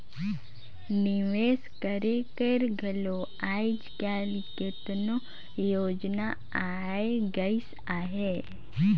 निवेस करे कर घलो आएज काएल केतनो योजना आए गइस अहे